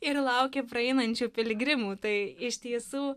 ir laukia praeinančių piligrimų tai iš tiesų